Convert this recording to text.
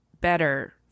better